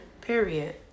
period